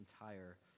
entire